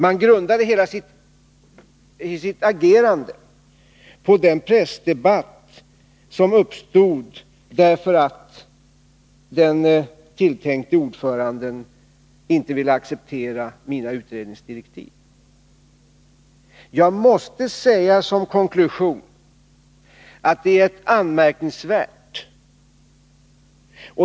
Man grundade hela sitt agerande på den pressdebatt som uppstod därför att den tilltänkte ordföranden inte ville acceptera mina utredningsdirektiv. Min konklusion är att detta är rätt anmärkningsvärt.